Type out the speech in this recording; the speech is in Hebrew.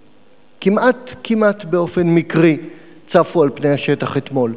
שכמעט כמעט באופן מקרי צפו על פני השטח אתמול.